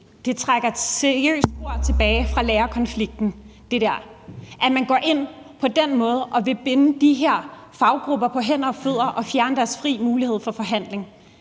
der trækker seriøse spor tilbage fra lærerkonflikten. At man går ind på den måde og vil binde de her faggrupper på hænder og fødder og fjerne deres mulighed for fri forhandling,